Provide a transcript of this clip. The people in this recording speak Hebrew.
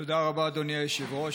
תודה רבה, אדוני היושב-ראש.